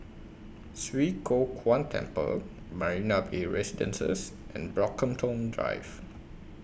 Swee Kow Kuan Temple Marina Bay Residences and Brockhampton Drive